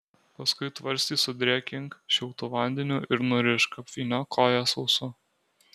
paskui tvarstį sudrėkink šiltu vandeniu ir nurišk apvyniok koją sausu